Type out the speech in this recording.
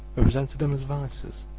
represented them as vices.